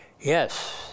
yes